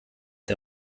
der